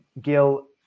Gil